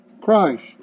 Christ